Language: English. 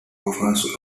offers